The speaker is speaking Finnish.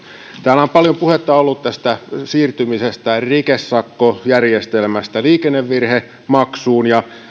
täällä on paljon puhetta ollut siirtymisestä rikesakkojärjestelmästä liikennevirhemaksuun ja